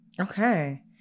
Okay